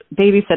babysitting